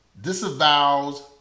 disavows